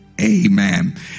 Amen